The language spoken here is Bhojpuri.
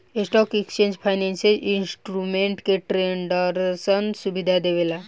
स्टॉक एक्सचेंज फाइनेंसियल इंस्ट्रूमेंट के ट्रेडरसन सुविधा देवेला